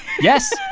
yes